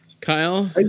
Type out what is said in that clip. Kyle